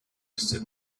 said